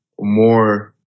more